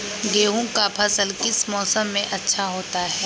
गेंहू का फसल किस मौसम में अच्छा होता है?